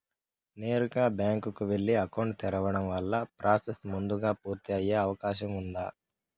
నేరుగా బ్యాంకు కు వెళ్లి అకౌంట్ తెరవడం వల్ల ప్రాసెస్ ముందుగా పూర్తి అయ్యే అవకాశం ఉందా?